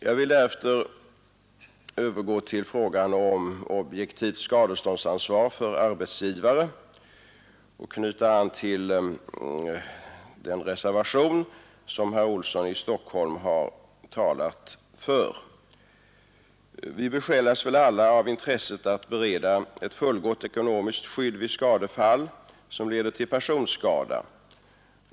Jag vill därefter övergå till frågan om objektivt skadeståndsansvar för arbetsgivare och knyta an till den reservation, som herr Olsson i Stockholm har talat för. Vi besjälas väl alla av intresset att bereda ett fullgott ekonomiskt skydd vid skadefall som leder till personskada.